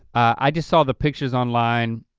i just saw the pictures online